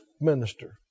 minister